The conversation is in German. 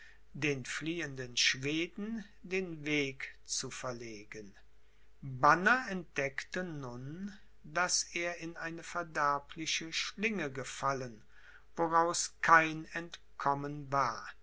den fliehenden schweden den weg zu verlegen banner entdeckte nun daß er in eine verderbliche schlinge gefallen woraus kein entkommen war